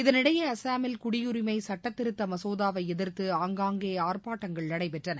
இதனிடையே அசாமில் குடியுரிமை சட்டத் திருத்த மசோதாவை எதிர்த்து ஆங்காங்கே ஆர்ப்பாட்டங்கள் நடைபெற்றன